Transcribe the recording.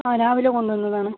ആ രാവിലെ കൊണ്ടുവന്നതാണ്